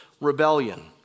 rebellion